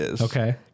Okay